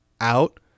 out